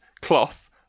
cloth